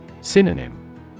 Synonym